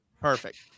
perfect